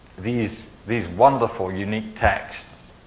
these these wonderful unique texts